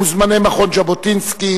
מוזמני מכון ז'בוטינסקי,